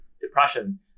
depression